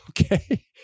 Okay